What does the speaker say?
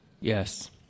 Yes